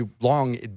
long